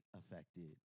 affected